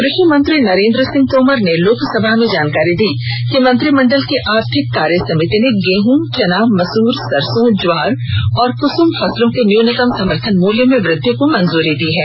कृषि मंत्री नरेंद्र सिंह तोमर ने लोकसभा में जानकारी दी कि मंत्रिमंडल की आर्थिक कार्य समिति ने गेहूं चना मसूर सरसों ज्वार और क्सुम फसलों के न्यूनतम समर्थन मूल्य में वृद्धि को मंजूरी दी है